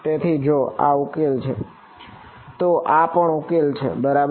તેથી જો આ ઉકેલ છે તો આ પણ ઉકેલ છે બરાબર